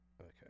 okay